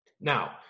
Now